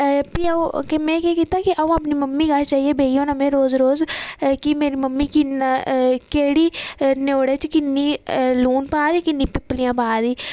प्ही में अं'ऊ केह् कीता की अपनी मम्मी कश बेही जाना रोज़ रोज़ की मेरी मम्मी कि'न्ना केह्ड़ी न्यौड़े च कि'न्ना लून पा दी कि'न्नी पीपलियां पा दी